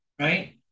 right